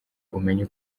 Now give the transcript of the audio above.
umenye